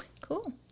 Cool